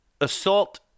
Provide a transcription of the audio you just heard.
assault